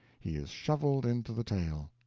he is shoveled into the tale.